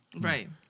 Right